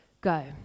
Go